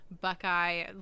buckeye